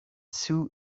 sew